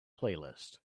playlist